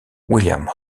william